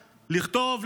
לכתוב,